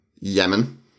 Yemen